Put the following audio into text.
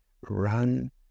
run